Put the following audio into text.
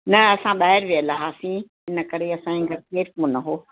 न असां ॿाहिरि वियल हुआसीं इनकरे असांजे घरु केरु कोन हो